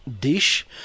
dish